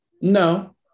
no